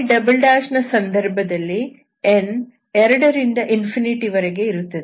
y ನ ಸಂದರ್ಭದಲ್ಲಿ n 2 ರಿಂದ ವರೆಗೆ ಇರುತ್ತದೆ